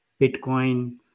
Bitcoin